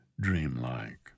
dreamlike